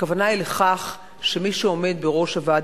הכוונה היא לכך שמי שעומד בראש הוועד